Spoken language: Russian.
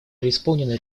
преисполнены